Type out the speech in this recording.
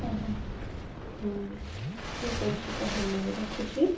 ଓହୋ ହଉ ଠିକ ଅଛି ତାହେଲେ ରଖୁଛି